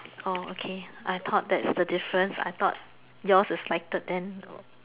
orh okay I thought that's the difference I thought yours is lighted then